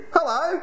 Hello